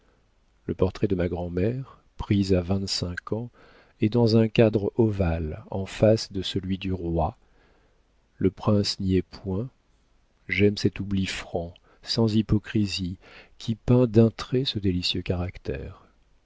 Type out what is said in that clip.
le portrait de ma grand'mère prise à vingt-cinq ans est dans un cadre ovale en face de celui du roi le prince n'y est point j'aime cet oubli franc sans hypocrisie qui peint d'un trait ce délicieux